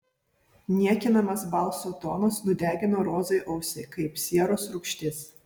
niekinamas balso tonas nudegino rozai ausį kaip sieros rūgštis